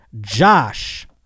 Josh